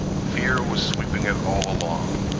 fear was sweeping it all along.